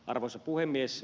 arvoisa puhemies